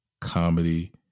comedy